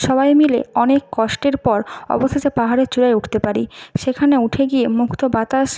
সবাই মিলে অনেক কষ্টের পর অবশেষে পাহাড়ের চূড়ায় উঠতে পারি সেখানে উঠে গিয়ে মুক্ত বাতাস